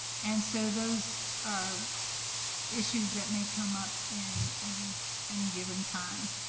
and so those are issues that may come up in any any given time.